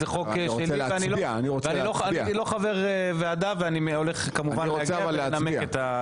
זה חוק שלי ואני לא חבר ועדה ואני הולך כמובן להגיע ולנמק את החוק.